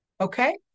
Okay